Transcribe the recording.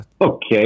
okay